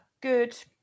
good